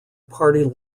party